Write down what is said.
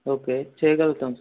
okay చేయగలుగుతాం